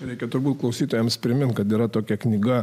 reikia turbūt klausytojams priminti kad yra tokia knyga